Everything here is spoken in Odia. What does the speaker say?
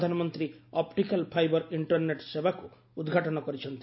ପ୍ରଧାନମନ୍ତ୍ରୀ ଅପ୍ରିକାଲ୍ ଫାଇବର୍ ଇଷ୍ଟରନେଟ ସେବାକୁ ଉଦ୍ଘାଟନ କରିଛନ୍ତି